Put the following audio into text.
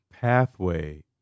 pathway